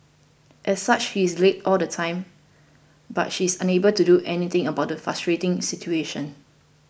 as such he is late all the time but she is unable to do anything about the frustrating situation